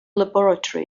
laboratory